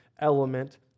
element